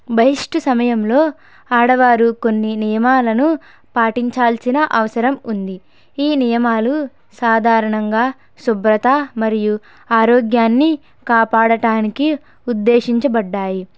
బహిస్టు సమయంలో ఆడవారు కొన్ని నియమాలను పాటించాల్సిన అవసరం ఉంది ఈ నియమాలు సాధారణంగా శుభ్రత మరియు ఆరోగ్యాన్ని కాపాడటానికి ఉద్దేశించబడ్డాయి